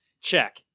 Check